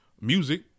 music